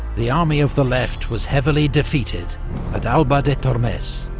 the army of the left was heavily defeated at alba de tormes.